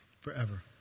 forever